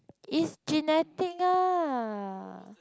it's genetic ah